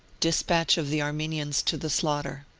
despatch of the armenians to the slaughter.